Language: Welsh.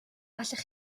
allech